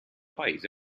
paese